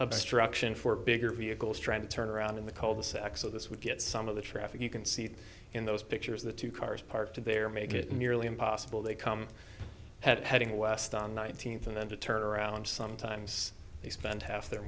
obstruction for bigger vehicles trying to turn around in the cold the sec so this would get some of the traffic you can see in those pictures the two cars parked there make it nearly impossible they come at it heading west on nineteenth and then to turn around sometimes they spend half their